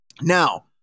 Now